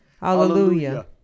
Hallelujah